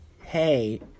Hey